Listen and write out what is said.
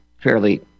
fairly